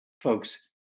folks